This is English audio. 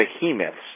Behemoths